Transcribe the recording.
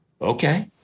Okay